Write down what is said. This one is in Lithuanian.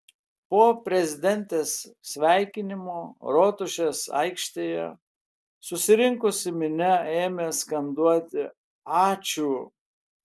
po prezidentės sveikinimo rotušės aikštėje susirinkusi minia ėmė skanduoti ačiū